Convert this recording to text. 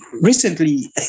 Recently